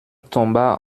tomba